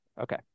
Okay